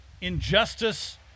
Injustice